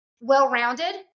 well-rounded